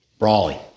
Brawley